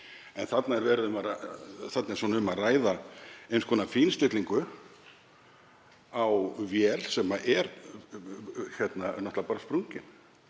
En þarna er um að ræða eins konar fínstillingu á vél sem er náttúrlega bara sprungin.